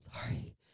sorry